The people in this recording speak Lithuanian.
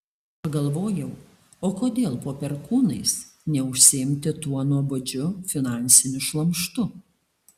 pagalvojau o kodėl po perkūnais neužsiimti tuo nuobodžiu finansiniu šlamštu